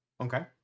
Okay